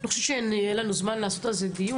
אני לא חושבת שיהיה לנו זמן לעשות על זה דיון,